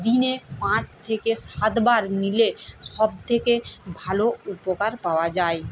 দিনে পাঁচ থেকে সাতবার নিলে সবথেকে ভালো উপকার পাওয়া যায়